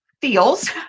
feels